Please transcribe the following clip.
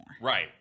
Right